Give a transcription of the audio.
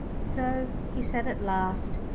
so he said at last,